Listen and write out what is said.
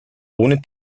ohne